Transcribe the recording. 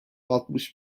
altmış